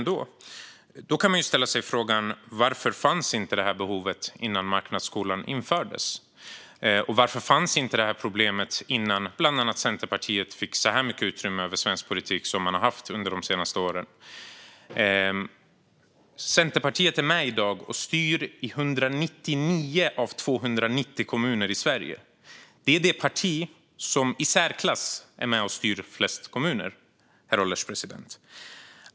Då kan man ställa sig frågan: Varför fanns inte detta behov innan marknadsskolan infördes? Och varför fanns inte det här problemet innan bland andra Centerpartiet fick så mycket utrymme i svensk politik som partiet har haft under de senaste åren? Centerpartiet är i dag med och styr i 199 av 290 kommuner i Sverige. Centerpartiet är i särklass det parti som är med och styr flest kommuner, herr ålderspresident.